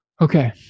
Okay